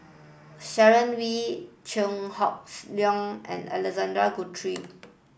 Sharon Wee Chew Hocks Leong and Alexander Guthrie